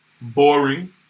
Boring